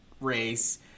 race